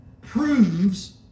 proves